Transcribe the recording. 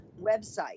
website